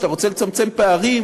כשאתה רוצה לצמצם פערים